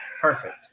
Perfect